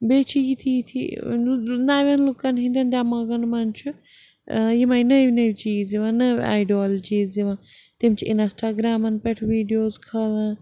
بیٚیہِ چھِ یِتھی یِتھی نَوٮ۪ن لُکَن ہِنٛدٮ۪ن دٮ۪ماغَن منٛز چھُ یِمَے نٔوۍ نٔوۍ چیٖز یِوان نٔو آیڈیالجیٖز یِوان تِم چھِ اِنَسٹاگرٛامَن پٮ۪ٹھ ویٖڈیوز کھالان